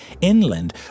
inland